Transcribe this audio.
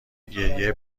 گریه